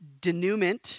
denouement